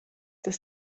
tas